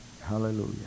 Hallelujah